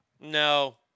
No